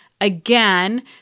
Again